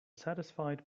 satisfied